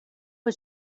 for